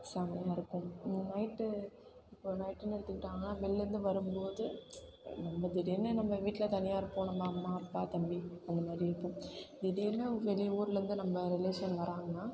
செம்மையா இருக்கும் நைட்டு இப்போது நைட்டுனு எடுத்துக்கிட்டாங்கனா வெளில இருந்து வரும் போது நம்ம திடீர்னு நம்ம வீட்டில் தனியாக இருப்போம் நம்ம அம்மா அப்பா தம்பி அந்தமாதிரி இருப்போம் திடீர்னு வெளியூரில் இருந்து நம்ம ரிலேஷன் வர்றாங்கனா